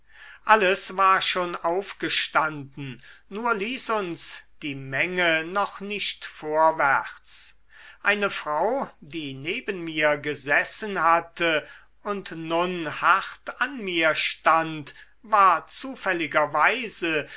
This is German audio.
alles war schon aufgestanden nur ließ uns die menge noch nicht vorwärts eine frau die neben mir gesessen hatte und nun hart an mir stand war zufälligerweise